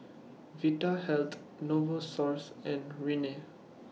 Vitahealth Novosource and Rene